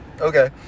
Okay